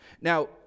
Now